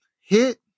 hit